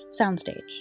soundstage